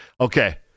Okay